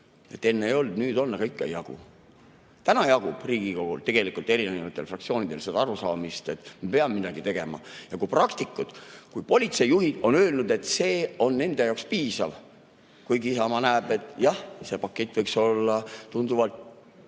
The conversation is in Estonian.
et enne ei olnud, nüüd on, aga ikka ei jagu. Täna jagub Riigikogu erinevatel fraktsioonidel seda arusaamist, et me peame midagi tegema. Kui praktikud, politseijuhid, on öelnud, et see on nende jaoks piisav, kuigi Isamaa näeb, et jah, see pakett võiks olla tunduvalt